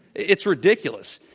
it's ridiculous.